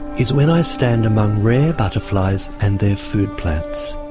is when i stand among rare butterflies and their food plants.